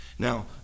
Now